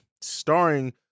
starring